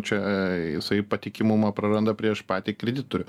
čia jisai patikimumą praranda prieš patį kreditorių